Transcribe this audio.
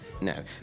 No